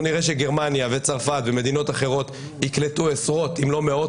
אנחנו נראה שגרמניה וצרפת ומדינות אחרות יקלטו עשרות אם לא מאות